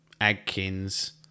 Adkins